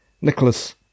Nicholas